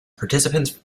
participants